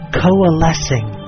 coalescing